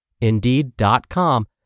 Indeed.com